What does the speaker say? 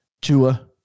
Tua